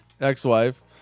ex-wife